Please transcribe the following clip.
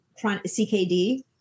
CKD